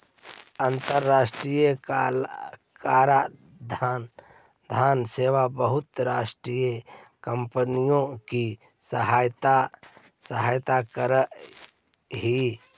अन्तराष्ट्रिय कराधान सेवा बहुराष्ट्रीय कॉम्पनियों की सहायता करअ हई